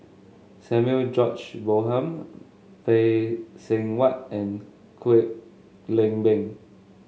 Samuel George Bonham Phay Seng Whatt and Kwek Leng Beng